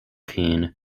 quine